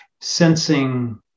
sensing